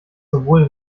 sowohl